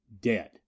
Dead